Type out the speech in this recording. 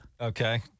Okay